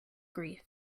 grief